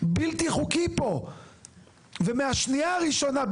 בלתי חוקי פה ומהשנייה הראשונה,